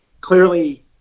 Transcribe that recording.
clearly